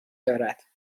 دارد